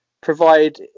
provide